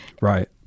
Right